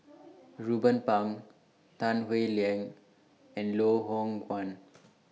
Ruben Pang Tan Howe Liang and Loh Hoong Kwan